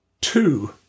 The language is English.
two